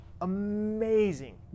amazing